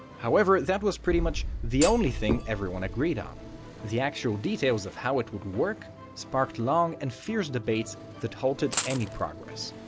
however, that was pretty much the only thing everyone agreed on the actual details of how it would work sparked long and fierce debates that halted any progress.